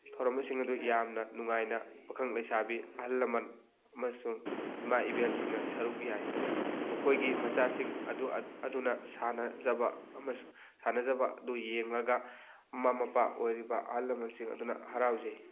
ꯊꯧꯔꯝꯁꯤꯡ ꯑꯗꯨ ꯌꯥꯝꯅ ꯅꯨꯡꯉꯥꯏꯅ ꯄꯥꯈꯪ ꯂꯩꯁꯥꯕꯤ ꯑꯍꯜ ꯂꯃꯟ ꯑꯃꯁꯨꯡ ꯏꯃꯥ ꯏꯕꯦꯜꯁꯤꯡꯅ ꯁꯔꯨꯛ ꯌꯥꯏ ꯃꯈꯣꯏꯒꯤ ꯃꯆꯥꯁꯤꯡ ꯑꯗꯨ ꯑꯗꯨꯅ ꯁꯥꯟꯅꯖꯕ ꯁꯥꯟꯅꯖꯕ ꯑꯗꯨ ꯌꯦꯡꯂꯒ ꯃꯃꯥ ꯃꯄꯥ ꯑꯣꯏꯔꯤꯕ ꯑꯍꯜ ꯂꯃꯟꯁꯤꯡ ꯑꯗꯨꯅ ꯍꯔꯥꯎꯖꯩ